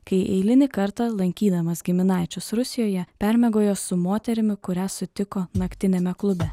kai eilinį kartą lankydamas giminaičius rusijoje permiegojo su moterimi kurią sutiko naktiniame klube